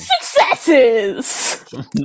successes